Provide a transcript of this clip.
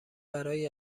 برای